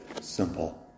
Simple